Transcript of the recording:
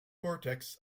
cortex